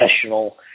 professional